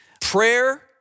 Prayer